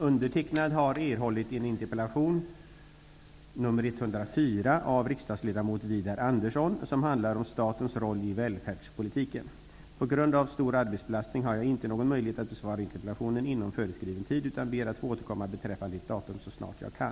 Undertecknad har erhållit en interpellation På grund av stor arbetsbelastning har jag inte någon möjlighet att besvara interpellationen inom föreskriven tid utan ber att få återkomma beträffande ett datum så snart jag kan.